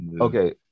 Okay